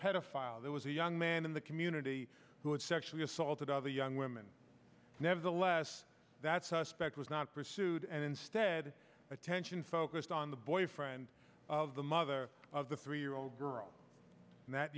pedophile there was a young man in the community who had sexually assaulted other young women nevertheless that suspect was not pursued and instead attention focused on the boyfriend of the mother of the three year old girl